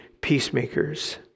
peacemakers